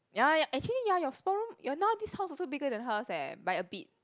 ya actually ya your storeroom your now this house also bigger than hers eh by a bit